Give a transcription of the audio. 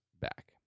back